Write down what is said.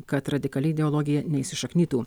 kad radikali ideologija neįsišaknytų